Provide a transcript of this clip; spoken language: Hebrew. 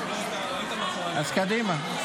קדימה.